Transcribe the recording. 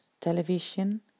television